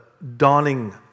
Dawning